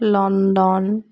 London